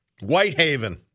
Whitehaven